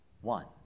One